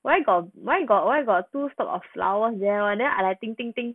why got why got why got two stalk of flowers there [one] then I think think think